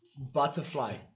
Butterfly